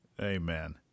Amen